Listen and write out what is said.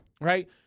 Right